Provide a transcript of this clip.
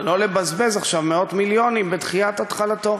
אבל לא לבזבז עכשיו מאות מיליונים בדחיית התחלתו.